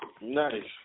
Nice